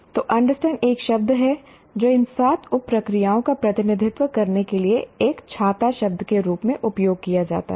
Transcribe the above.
तो अंडरस्टैंड एक शब्द है जो इन सात उप प्रक्रियाओं का प्रतिनिधित्व करने के लिए एक छाता शब्द के रूप में उपयोग किया जाता है